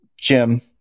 Jim